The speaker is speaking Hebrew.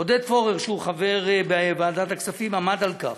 עודד פורר, שהוא חבר בוועדת הכספים, עמד על כך,